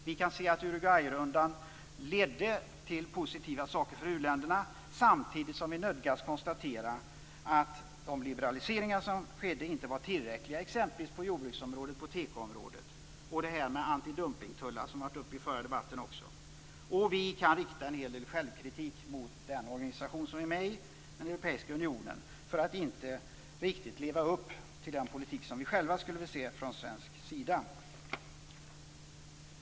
Vi kan se att Uruguayrundan ledde till positiva saker för u-länderna, samtidigt som vi nödgas konstatera att de liberaliseringar som skedde inte var tillräckliga, t.ex. på jordbruksoch tekoområdet. Antidumpningstullar diskuterades även i den förra debatten. Vi kan rikta en hel del självkritik mot den organisation vi är med i, dvs. Europeiska unionen, för att inte riktigt leva upp till den politik vi själva skulle vilja se från svensk sida.